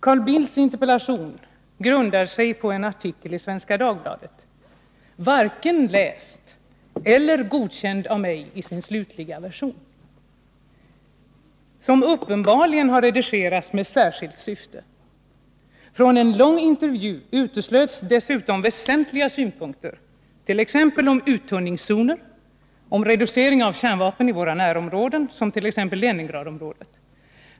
Carl Bildts interpellation grundar sig på en artikel i Svenska Dagbladet — varken läst eller godkänd av mig i dess slutliga version — som uppenbarligen har redigerats med särskilt syfte. Från en lång intervju uteslöts dessutom väsentliga synpunkter, t.ex. om uttunningszoner, reducering av kärnvapen i våra närområden som t.ex. Leningradområdet.